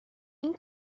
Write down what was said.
این